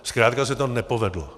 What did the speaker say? Zkrátka se to nepovedlo.